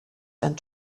and